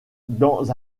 dans